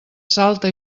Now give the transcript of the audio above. salta